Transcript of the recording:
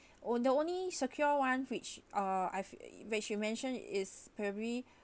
oh the only secure one which uh I've which you mentioned is very